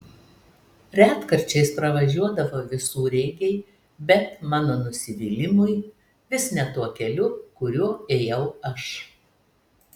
retkarčiais pravažiuodavo visureigiai bet mano nusivylimui vis ne tuo keliu kuriuo ėjau aš